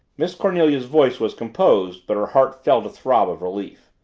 miss cornelia's voice was composed but her heart felt a throb of relief.